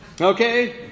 Okay